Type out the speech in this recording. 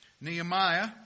Nehemiah